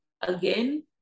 again